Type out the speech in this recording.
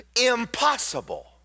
impossible